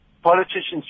politicians